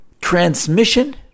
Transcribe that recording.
transmission